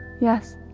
yes